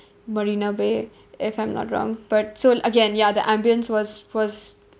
marina bay if I'm not wrong but so again ya the ambience was was